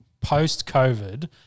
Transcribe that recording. post-COVID